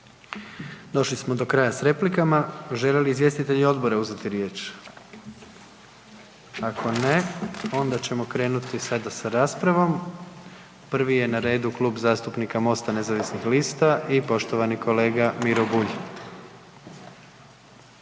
Došli smo do kraja s replikama. Žele li izvjestitelji odbora uzeti riječ? Ako ne onda ćemo krenuti sada sa raspravom. Prvi je na radu Klub zastupnika Mosta nezavisnih lista i poštovani kolega Miro Bulj.